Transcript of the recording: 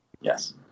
Yes